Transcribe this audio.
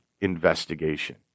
investigation